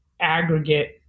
aggregate